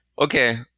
Okay